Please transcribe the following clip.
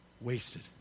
wasted